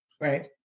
right